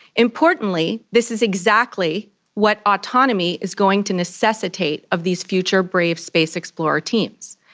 importantly, this is exactly what autonomy is going to necessitate of these future brave space explorer teams.